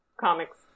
comics